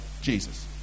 Jesus